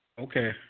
Okay